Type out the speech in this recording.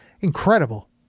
incredible